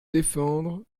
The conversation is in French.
défendre